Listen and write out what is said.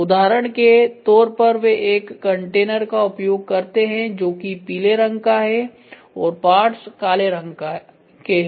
उदाहरण के तौर पर वे एक कंटेनर का उपयोग करते हैं जो कि पीले रंग का है और पार्ट्स काले रंग के हैं